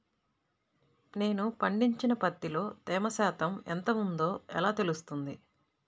నేను పండించిన పత్తిలో తేమ శాతం ఎంత ఉందో ఎలా తెలుస్తుంది?